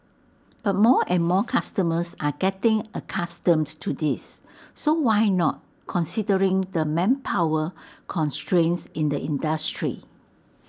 but more and more customers are getting accustomed to this so why not considering the manpower constraints in the industry